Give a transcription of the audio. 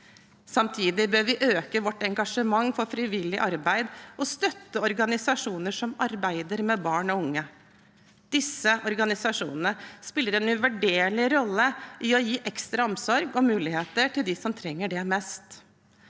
Samtidig bør vi øke vårt engasjement for frivillig arbeid og støtte organisasjoner som arbeider med barn og unge. Disse organisasjonene spiller en uvurderlig rolle i å gi ekstra omsorg og muligheter til dem som trenger det mest.